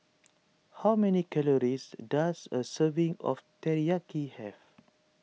how many calories does a serving of Teriyaki have